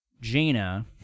Jaina